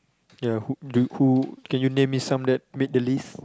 ya who do who can you name some of them make a list